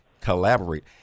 collaborate